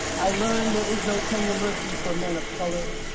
i learned is no tender mercy for men of color,